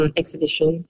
exhibition